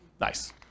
Nice